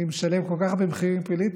אני משלם כל כך הרבה מחירים פוליטיים,